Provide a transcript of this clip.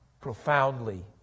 profoundly